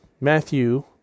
Matthew